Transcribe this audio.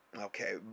Okay